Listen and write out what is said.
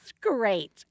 great